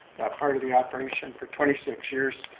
part of the operation for twenty six years.